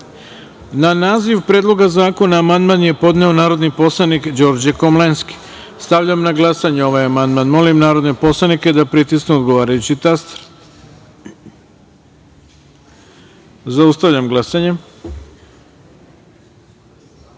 naziv Predloga zakona amandman je podneo narodni poslanik Đorđe Komlenski. Stavljam na glasanje ovaj amandman. Molim poslanike da pritisnu odgovarajući taster. Zaustavljam glasanje: